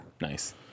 Nice